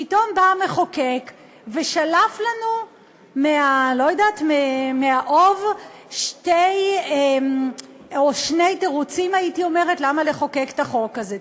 פתאום בא המחוקק ושלף לנו מהאוב שני תירוצים למה לחוקק את החוק הזה.